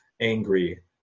angry